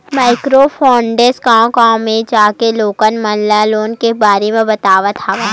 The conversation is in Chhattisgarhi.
माइक्रो फायनेंस गाँव गाँव म जाके लोगन मन ल लोन के बारे म बरोबर बताय हवय